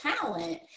talent